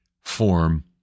form